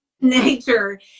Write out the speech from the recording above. nature